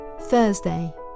Thursday